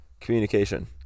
communication